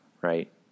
right